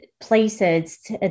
places